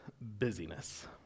busyness